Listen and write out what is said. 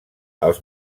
els